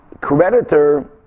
creditor